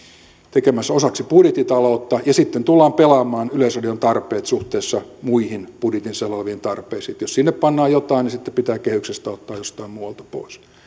tekemässä osaksi budjettitaloutta ja sitten tullaan pelaamaan yleisradion tarpeet suhteessa muihin budjetissa oleviin tarpeisiin niin että jos sinne pannaan jotain niin sitten pitää kehyksestä ottaa jostain muualta pois